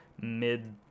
mid